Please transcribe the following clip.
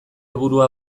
burua